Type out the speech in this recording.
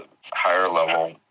higher-level